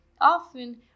often